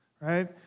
right